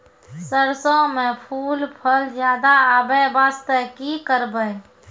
सरसों म फूल फल ज्यादा आबै बास्ते कि करबै?